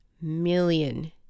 million